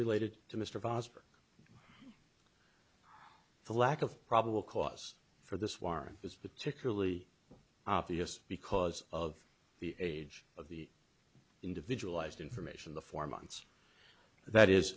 related to mr vosper the lack of probable cause for this warrant is particularly obvious because of the age of the individual ised information the four months that is